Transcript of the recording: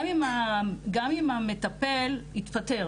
גם אם המטפל התפטר